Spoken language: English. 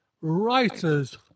Writer's